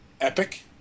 epic